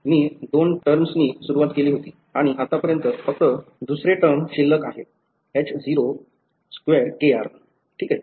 मी दोन टर्मांनी सुरुवात केली होती आणि आतापर्यंत फक्त दुसरे टर्म शिल्लक आहे ठीक आहे